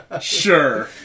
sure